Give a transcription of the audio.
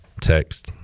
text